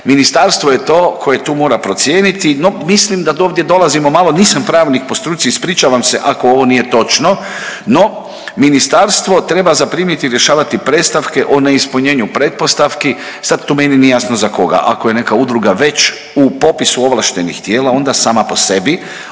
ministarstvo je to koje tu mora procijeniti, no mislim da ovdje dolazimo malo, nisam pravnik po struci ispričavam se ako ovo nije točno, no ministarstvo treba zaprimiti i rješavati predstavke o neispunjenju pretpostavki, sad tu meni nije jasno za koga, ako je neka udruga već u popisu ovlaštenih tijela onda sama po sebi